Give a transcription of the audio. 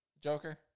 Joker